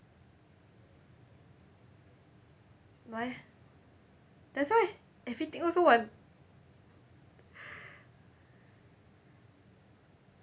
why that's why everything also want